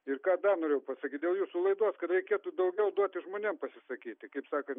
ir ką dar norėjau pasakyt dėl jūsų laidos kad reikėtų daugiau duoti žmonėm pasisakyti kaip sakant